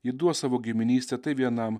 įduos savo giminystę tai vienam